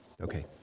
Okay